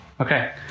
Okay